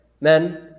Men